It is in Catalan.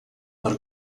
per